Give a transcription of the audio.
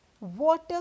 Water